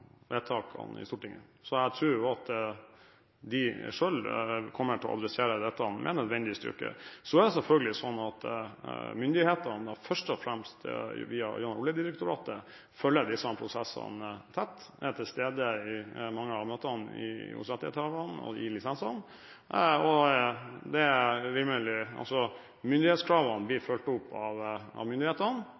vedtakene i Stortinget. Så jeg tror jo at de selv kommer til å adressere dette med nødvendig styrke. Så er det selvfølgelig slik at myndighetene – først og fremst gjennom Oljedirektoratet – følger disse prosessene tett og er til stede i mange av møtene hos rettighetshaverne i lisensene. Myndighetskravene blir fulgt opp av myndighetene,